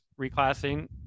reclassing